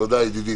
תודה, ידידי.